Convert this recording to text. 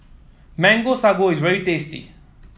Mango Sago is very tasty